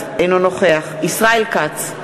אינו נוכח ישראל כץ,